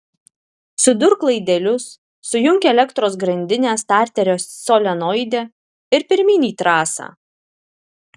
sudurk laidelius sujunk elektros grandinę starterio solenoide ir pirmyn į trasą